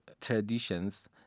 traditions